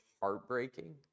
heartbreaking